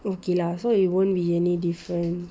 okay lah so it won't be any different